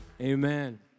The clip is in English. Amen